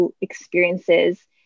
experiences